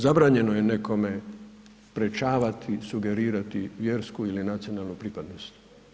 Zabranjeno je nekom sprječavati, sugerirati vjersku ili nacionalnu pripadnost.